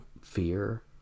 fear